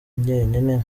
jyenyine